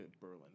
Berlin